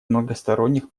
многосторонних